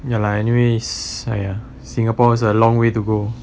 ya lah anyways !aiya! singapore is a long way to go